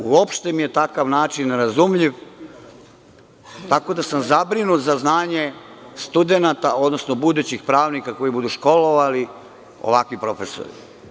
Uopšte mi je takav način nerazumljiv, tako da sam zabrinut za znanje studenata, odnosno budućih pravnika koje budu školovali ovakvi profesori.